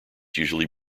usually